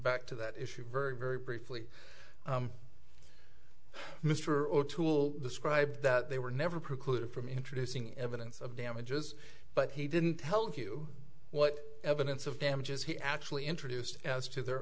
back to that issue very very briefly mr o'toole described that they were never precluded from introducing evidence of damages but he didn't tell you what evidence of damages he actually introduced as to their